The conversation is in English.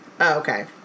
okay